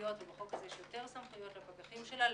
סמכויות ובחוק הזה יש יותר סמכויות לפקחים שלה,